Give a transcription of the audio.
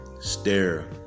stare